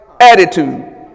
attitude